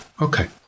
Okay